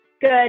good